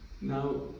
Now